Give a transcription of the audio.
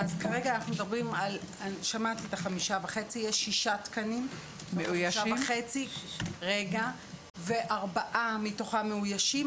כרגע יש שישה תקנים, וארבעה מתוכם מאוישים.